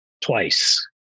twice